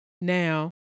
Now